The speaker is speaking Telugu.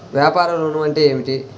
వ్యాపార ఋణం అంటే ఏమిటి?